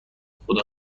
خدا